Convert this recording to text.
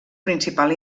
principal